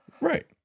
Right